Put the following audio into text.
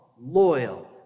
loyal